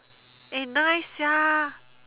eh nice sia